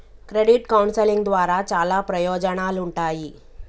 credit counselling ద్వారా చాలా ప్రయోజనాలుంటాయి